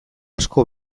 asko